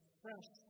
fresh